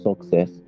success